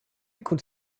could